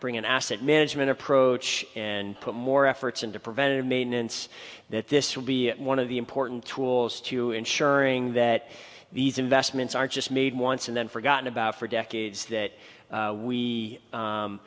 bring an asset management approach and put more efforts into preventive maintenance that this will be one of the important tools to ensuring that these investments aren't just made once and then forgotten about for decades that